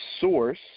source